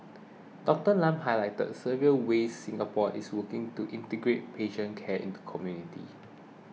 Doctor Lam highlighted several ways Singapore is working to integrate patient care into community